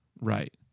right